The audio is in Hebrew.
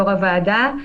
יו"ר הוועדה.